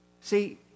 See